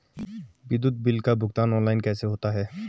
विद्युत बिल का भुगतान ऑनलाइन कैसे होता है?